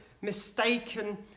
mistaken